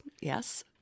yes